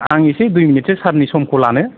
आं एसे दुइ मिनिटसो सारनि समखौ लानो